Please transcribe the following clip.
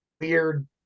weird